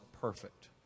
perfect